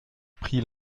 prix